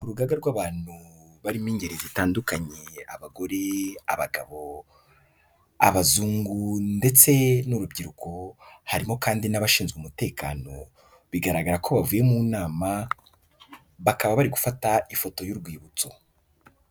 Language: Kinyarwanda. Urugaga rw'abantu barimo ingeri zitandukanye, abagore, abagabo, abazungu ndetse n'urubyiruko harimo kandi n'abashinzwe umutekano bigaragara ko bavuye mu nama bakaba bari gufata ifoto y'urwibutso.